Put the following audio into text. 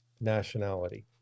nationality